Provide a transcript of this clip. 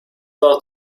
far